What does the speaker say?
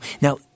Now